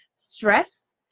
Stress